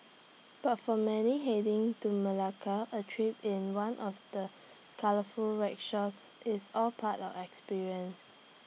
but for many heading to Malacca A trip in one of the colourful rickshaws is all part of experience